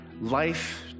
life